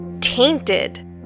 tainted